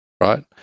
Right